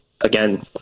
Again